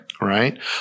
Right